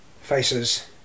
faces